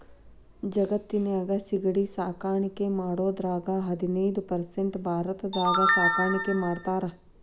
ಜಗತ್ತಿನ್ಯಾಗ ಸಿಗಡಿ ಸಾಕಾಣಿಕೆ ಮಾಡೋದ್ರಾಗ ಹದಿನೈದ್ ಪರ್ಸೆಂಟ್ ಭಾರತದಾಗ ಸಾಕಾಣಿಕೆ ಮಾಡ್ತಾರ